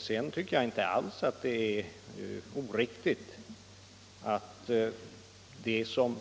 Sedan tycker jag inte alls att det som